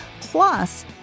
Plus